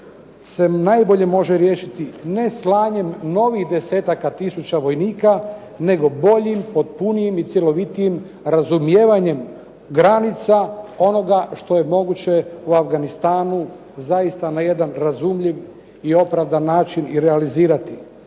se najbolje može riješiti ne slanjem novih desetaka tisuća vojnika nego boljim, potpunijim i cjelovitijim razumijevanjem granica onoga što je moguće u Afganistanu zaista na jedan razumljiv i opravdan način i realizirati."